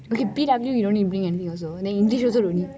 P_W you dunnit to bring anything also then you know ~